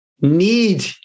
Need